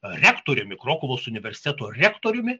rektoriumi krokuvos universiteto rektoriumi